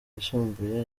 yisumbuye